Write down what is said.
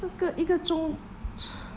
那个一个钟